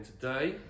today